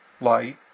light